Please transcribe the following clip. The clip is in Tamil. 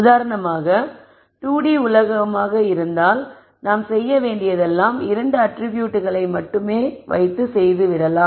உதாரணமாக 2D உலகமாக இருந்தால் நாம் செய்ய வேண்டியதெல்லாம் இரண்டு அட்ரிபியூட்களை மட்டுமே வைத்து செய்து விடலாம்